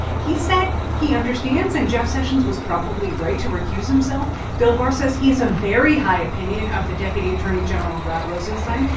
he said he understands and jeff sessions was probably right to recuse himself. bill barr says he has a very high opinion of the deputy attorney general rod rosenstein.